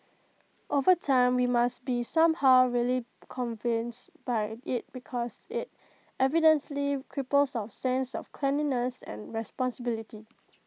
over time we must be somehow really convinced by IT because IT evidently cripples our sense of cleanliness and responsibility